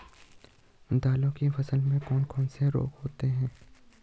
दालों की फसल में कौन कौन से रोग होते हैं?